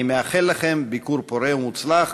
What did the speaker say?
אני מאחל לכם ביקור פורה ומוצלח.